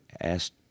asked